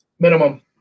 minimum